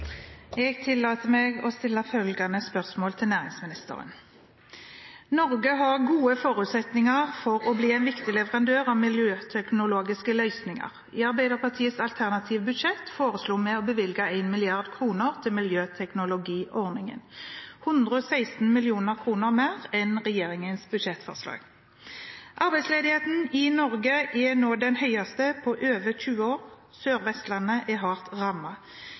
næringsministeren: «Norge har gode forutsetninger for å bli en viktig leverandør av miljøteknologiske løsninger. I Arbeiderpartiets alternative budsjett foreslo vi å bevilge 1 mrd. kroner til miljøteknologiordningen, 116 mill. kroner mer enn regjeringens budsjettforslag. Arbeidsledigheten i Norge er nå den høyeste på over 20 år. Sør-Vestlandet er hardt